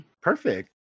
Perfect